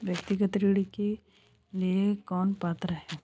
व्यक्तिगत ऋण के लिए कौन पात्र है?